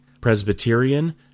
Presbyterian